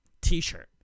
T-shirt